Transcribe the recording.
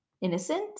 innocent